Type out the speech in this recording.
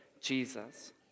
Jesus